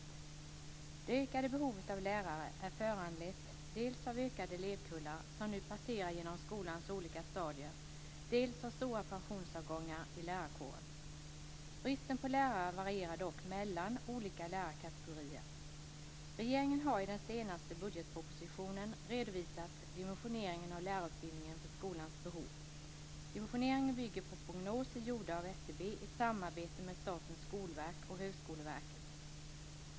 Det ökade behovet av lärare är föranlett dels av ökade elevkullar som nu passerar genom skolans olika stadier, dels av stora pensionsavgångar i lärarkåren. Bristen på lärare varierar dock mellan olika lärarkategorier. Regeringen har i den senaste budgetpropositionen redovisat dimensioneringen av lärarutbildningen för skolans behov. Dimensioneringen bygger på prognoser gjorda av SCB i samarbete med Statens skolverk och Högskoleverket.